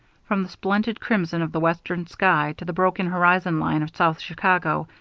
from the splendid crimson of the western sky to the broken horizon line of south chicago,